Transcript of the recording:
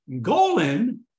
Golan